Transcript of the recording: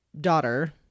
daughter